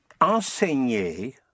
enseigner